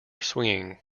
swinging